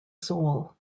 soul